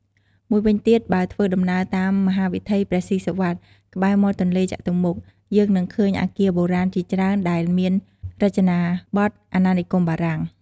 មួយវិញទៀត បើធ្វើដំណើរតាមមហាវិថីព្រះស៊ីសុវត្ថិ ក្បែរមាត់ទន្លេចតុមុខ យើងនឹងឃើញអគារបុរាណជាច្រើនដែលមានរចនាបថអាណានិគមបារាំង។